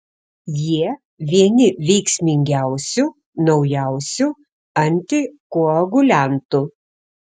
jie vieni veiksmingiausių naujausių antikoaguliantų